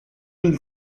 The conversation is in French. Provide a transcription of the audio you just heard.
mille